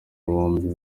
bombi